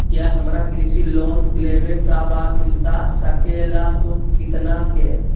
क्या हमारा कृषि लोन लेवे का बा मिलता सके ला तो कितना के?